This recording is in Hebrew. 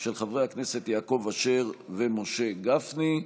של חברי הכנסת יעקב אשר ומשה גפני.